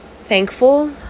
thankful